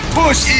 push